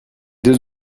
deux